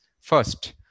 first